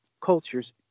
cultures